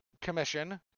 Commission